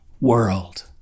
world